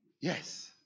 yes